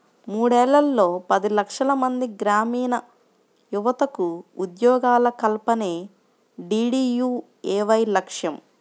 మూడేళ్లలో పది లక్షలమంది గ్రామీణయువతకు ఉద్యోగాల కల్పనే డీడీయూఏవై లక్ష్యం